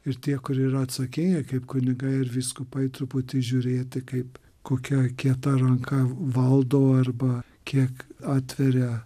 ir tie kur yra atsakėjai kaip kunigai ir vyskupai truputį žiūrėti kaip kokia kieta ranka valdo arba kiek atveria